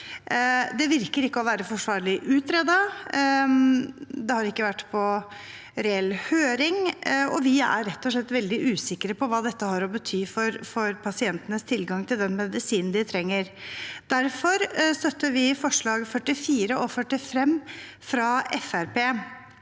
Det virker ikke å være forsvarlig utredet, det har ikke vært på reell høring, og vi er rett og slett veldig usikre på hva dette har å bety for pasientenes tilgang til den medisinen de trenger. Derfor støtter vi de løse forslagene,